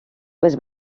les